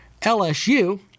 LSU